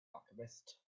alchemist